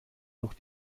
durch